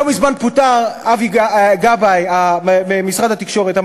לא מזמן פוטר אבי גבאי, המנכ"ל של משרד התקשורת.